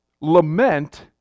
lament